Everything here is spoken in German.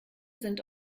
sind